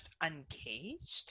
Uncaged